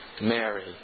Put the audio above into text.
Mary